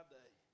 day